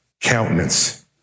countenance